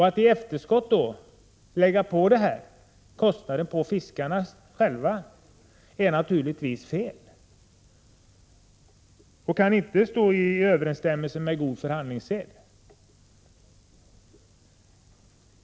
Atti efterskott lägga på kostnaderna på fiskarna själva är naturligtvis fel. Det kan inte stå i överensstämmelse med god förhandlingssed.